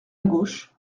gauche